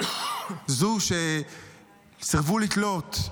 זו שסירבו לתלות,